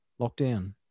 lockdown